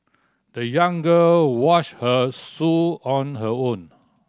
the young girl washed her shoe on her own